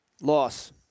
Loss